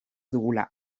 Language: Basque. dugula